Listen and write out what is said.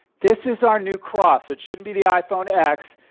this is our new cross. it shouldn't be the iphone x,